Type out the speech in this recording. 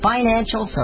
Financial